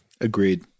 Agreed